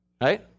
Right